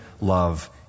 love